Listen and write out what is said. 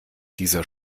dieser